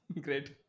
Great